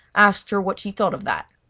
asked her what she thought of that.